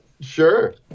Sure